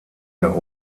der